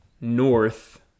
north